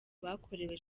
bakorewe